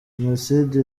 jenoside